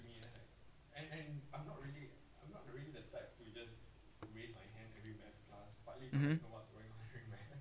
mmhmm